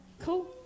Cool